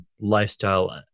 lifestyle